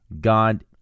God